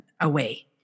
away